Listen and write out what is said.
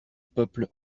peuple